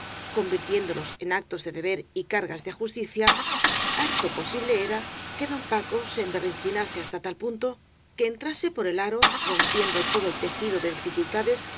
dolos en actos de deber y cargas de justicia harto posible era que don paco se emberrenchinase has ta tal punto que entrase por el aro rompiendo todo el tejido de dificultades